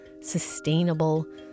sustainable